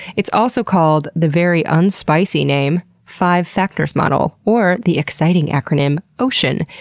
it's also called the very unspicy name, five factors model, or the exciting acronym ocean,